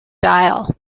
dial